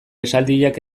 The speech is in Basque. esaldiak